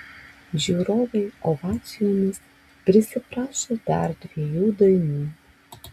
žiūrovai ovacijomis prisiprašė dar dviejų dainų